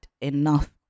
enough